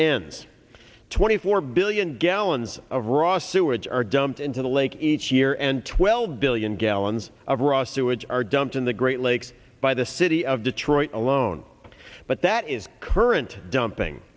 ends twenty four billion gallons of raw sewage are dumped into the lake each year and twelve billion gallons of raw sewage are dumped in the great lakes by the city of detroit alone but that is current dumping